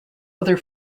other